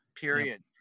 period